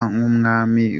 nk’umwami